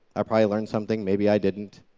i probably learned something. maybe i didn't.